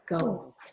go